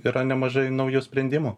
yra nemažai naujų sprendimų